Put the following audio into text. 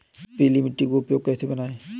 पीली मिट्टी को उपयोगी कैसे बनाएँ?